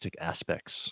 aspects